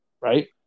right